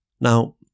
Now